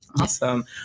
Awesome